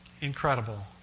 Incredible